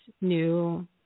new